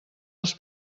els